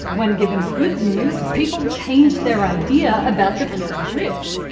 when given good news, people changed their idea about the future risk.